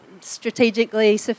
strategically